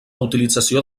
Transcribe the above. utilització